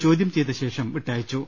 ചോദ്യം ചെയ്തശേഷം വിട്ടയച്ചു